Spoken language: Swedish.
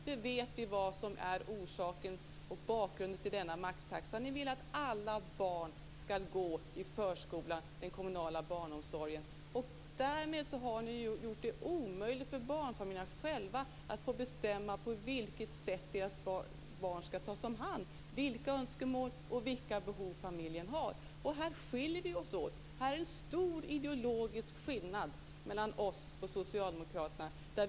Nu vet vi vad som är bakgrunden till maxtaxan. Ni vill att alla barn skall gå i den kommunala barnomsorgen och förskolan. Därmed har ni gjort det omöjligt för barnfamiljerna att själva bestämma på vilket sätt deras barn skall tas om hand, enligt de önskemål och behov som familjen har. Här skiljer vi oss åt. Här finns en stor ideologisk skillnad mellan oss och socialdemokraterna.